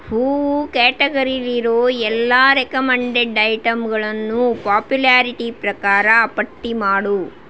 ಹೂವು ಕ್ಯಾಟಗರಿಲಿರೋ ಎಲ್ಲ ರೆಕಮಂಡೆಡ್ ಐಟಂಗಳನ್ನೂ ಪಾಪ್ಯುಲ್ಯಾರಿಟಿ ಪ್ರಕಾರ ಪಟ್ಟಿ ಮಾಡು